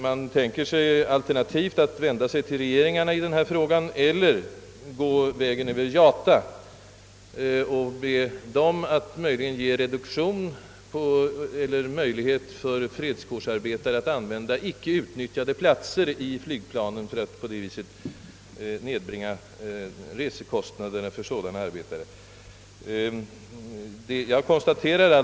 Man tänker sig som alternativa vägar att vända sig till re geringarna i frågan eller att vända sig till IATA och be denna organisation försöka bereda fredskårsarbetare möjlighet att t.ex. få använda icke utnyttjade platser i flygplan och på det sättet avlasta deras resekostnader eller också försöka utverka en reduktion av biljettpriserna.